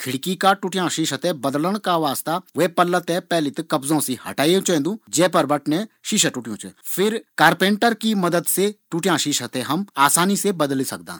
खिड़की का टुट्यां शीशा थें बदलण का वास्ता वै पल्ला थें पैली ता कब्जा से हटायु चैन्दु जै पर बटने शीशा टुट्यूँ च। फिर कारपेंटर की मदद से टुट्यां शीशा थें हम आसानी से बदली सकदां।